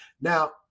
Now